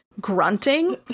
grunting